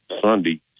Sunday